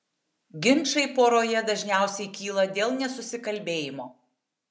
ginčai poroje dažniausiai kyla dėl nesusikalbėjimo